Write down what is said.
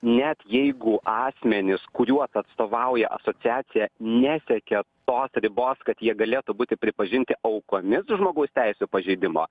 net jeigu asmenys kuriuos atstovauja asociacija nesiekia tos ribos kad jie galėtų būti pripažinti aukomis žmogaus teisių pažeidimo